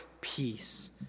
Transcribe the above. peace